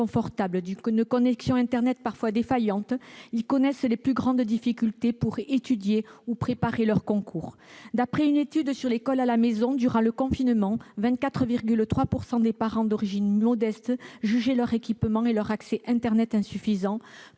confortables, d'une connexion internet parfois défaillante, ils connaissent les plus grandes difficultés pour étudier ou préparer leurs concours. D'après une étude sur l'école à la maison durant le confinement, 24,3 % des parents d'origine modeste jugeaient leur équipement et leur accès internet insuffisants